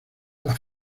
las